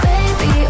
Baby